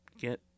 get